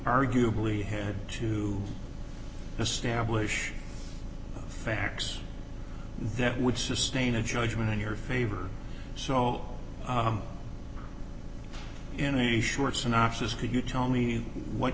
arguably had to establish facts that would sustain a judgment in your favor so in a short synopsis could you tell me what